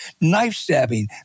knife-stabbing